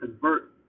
convert